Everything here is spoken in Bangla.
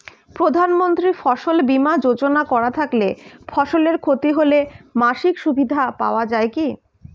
প্রধানমন্ত্রী ফসল বীমা যোজনা করা থাকলে ফসলের ক্ষতি হলে মাসিক সুবিধা পাওয়া য়ায় কি?